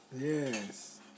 Yes